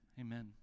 amen